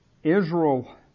Israel